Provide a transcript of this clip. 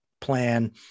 plan